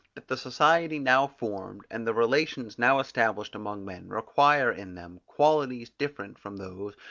that the society now formed and the relations now established among men required in them qualities different from those,